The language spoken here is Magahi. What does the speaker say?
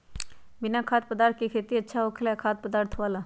बिना खाद्य पदार्थ के खेती अच्छा होखेला या खाद्य पदार्थ वाला?